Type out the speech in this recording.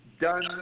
Done